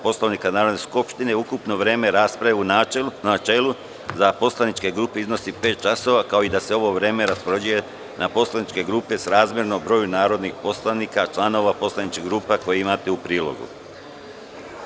Poslovnika Narodne skupštine, ukupno vreme rasprave u načelu za poslaničke grupe iznosi pet časova, kao i da se ovo vreme raspoređuje na poslaničke grupe srazmerno broju narodnih poslanika članova poslaničke grupe, koje imate u prilogu.